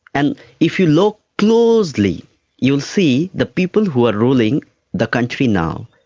and if you look closely you will see the people who are ruling the country now,